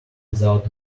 without